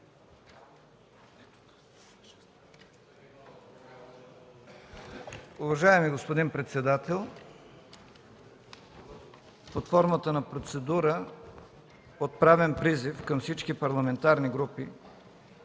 Уважаеми господин председател, под формата на процедура отправям призив към всички парламентарни групи